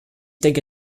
denke